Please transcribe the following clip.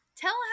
Tell